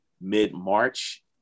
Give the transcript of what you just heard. mid-march